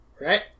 Right